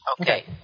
Okay